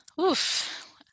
Oof